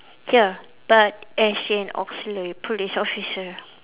ya but as in auxiliary police officer